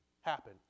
happen